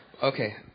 Okay